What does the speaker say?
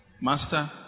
Master